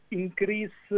increase